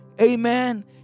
Amen